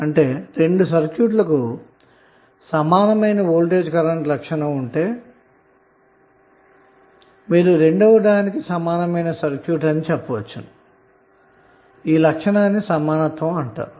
అంటే రెండు సర్క్యూట్లకు సమానమైన V I లక్షణం ఉంటే మీరు రెండవ సర్క్యూట్ ని సమానమైన సర్క్యూట్ అని చెప్పవచ్చును ఈ లక్షణాన్నే సమానత్వం అంటారు